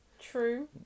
True